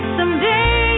Someday